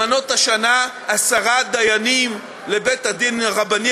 למנות השנה עשרה דיינים לבית-הדין הרבני